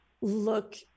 look